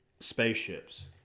spaceships